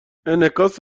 انعکاس